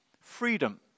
Freedom